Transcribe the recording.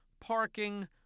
parking